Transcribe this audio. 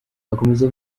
akomeza